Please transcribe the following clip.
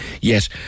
Yes